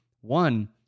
One